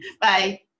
bye